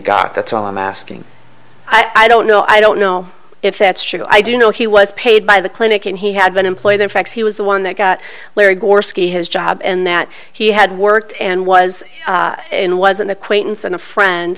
got that's all i'm asking i don't know i don't know if that's true i do know he was paid by the clinic and he had been employed in fact he was the one that got larry gorski his job and that he had worked and was in was an acquaintance and a friend